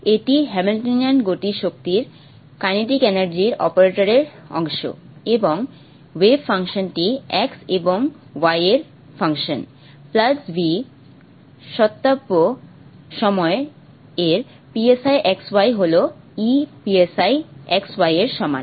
এটি হ্যামিল্টনিয়ানের গতি শক্তির অপারেটর এর অংশ এবং ওয়েভ ফাংশনটি x এবং y এর ফাংশন V সম্ভাব্য সময় এর xy হল E xyএর সমান